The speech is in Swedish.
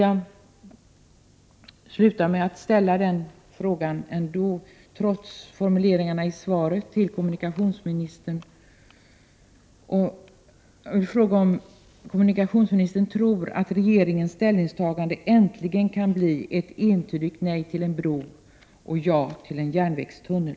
Avslutningsvis vill jag, trots formuleringarna i svaret, fråga om kommunikationsministern tror att regeringens ställningstagande äntligen kan bli ett entydigt nej till en bro och ett ja till en järnvägstunnel.